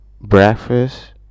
breakfast